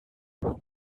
would